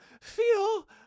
feel